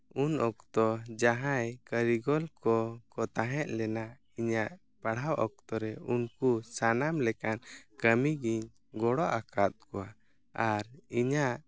ᱩᱱ ᱚᱠᱛᱚ ᱡᱟᱦᱟᱸᱭ ᱠᱟᱹᱨᱤ ᱜᱚᱞ ᱠᱚ ᱠᱚ ᱛᱟᱦᱮᱸ ᱞᱮᱱᱟ ᱤᱧᱟᱹᱜ ᱯᱟᱲᱦᱟᱣ ᱚᱠᱛᱚ ᱨᱮ ᱩᱱᱠᱩ ᱥᱟᱱᱟᱢ ᱞᱮᱠᱟᱱ ᱠᱟᱹᱢᱤ ᱜᱮᱧ ᱜᱚᱲᱚ ᱟᱠᱟᱫ ᱠᱚᱣᱟ ᱟᱨ ᱤᱧᱟᱹᱜ